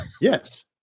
Yes